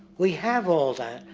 we have all that,